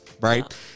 right